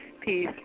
Peace